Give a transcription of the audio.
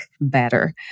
better